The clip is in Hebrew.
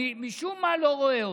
אני משום מה לא רואה אותו.